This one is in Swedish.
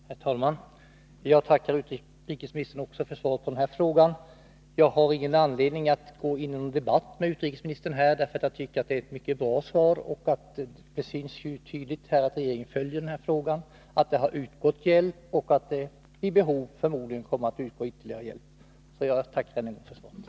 Herr talman! Jag tackar utrikesministern också för svaret på den här frågan. Jag har ingen anledning att gå in i någon debatt med utrikesministern, för jag tycker att det är ett mycket bra svar. Det framgår tydligt att regeringen följer situationen, att hjälp har utgått och att ytterligare hjälp vid behov förmodligen kommer att utgå. Jag tackar än en gång för svaret.